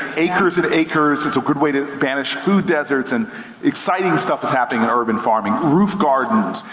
acres and acres, it's a good way to banish food deserts and exciting stuff is happening in urban farming. roof gardens,